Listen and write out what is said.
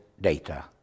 data